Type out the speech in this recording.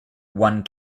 one